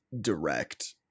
direct